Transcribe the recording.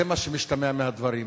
זה מה שמשתמע מהדברים.